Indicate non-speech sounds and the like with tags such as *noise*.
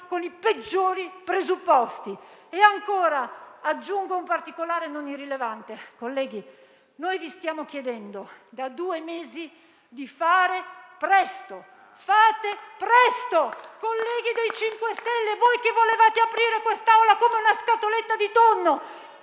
con i peggiori presupposti. Aggiungo ancora un particolare non irrilevante. Colleghi, vi stiamo chiedendo da due mesi di fare presto. Fate presto! *applause* Colleghi del MoVimento 5 Stelle, voi che volevate aprire quest'Aula come una scatoletta di tonno,